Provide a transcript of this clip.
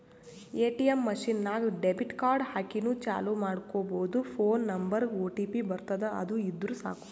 ATM machine ನಾಗ್ debit card ಹಾಕಿನೂ ಚಾಲೂ ಮಾಡ್ಕೊಬೋದು ಫೋನ್ ನಂಬರ್ಗ್ ಒಟಿಪಿ ಬರ್ತುದ್ ಅದು ಇದ್ದುರ್ ಸಾಕು